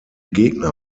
gegner